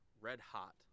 red-hot